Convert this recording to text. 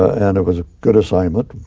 and was a good assignment.